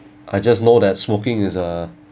I just know that smoking is a